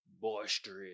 boisterous